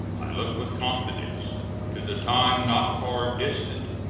i look with confidence to the time, not far distant,